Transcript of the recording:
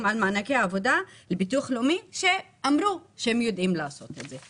על מענקי עבודה לביטוח לאומי שאמר שהוא יודע לעשות את זה.